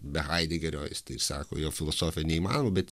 be haidegerio jis taip sako jo filosofija neįmanoma bet